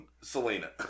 Selena